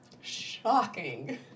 Shocking